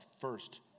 first